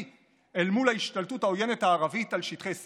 אל מול ההשתלטות העוינת הערבית על שטחי C?